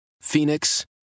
Phoenix